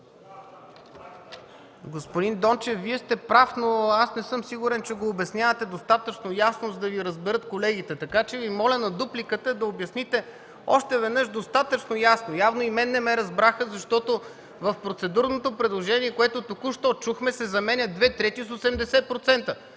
Господин Дончев, Вие сте прав, но аз не съм сигурен, че го обяснявате достатъчно ясно, за да Ви разберат колегите, така че Ви моля с дупликата да обясните още веднъж достатъчно ясно. Явно и мен не ме разбраха, защото в процедурното предложение, което току-що чухме, се заменя две трети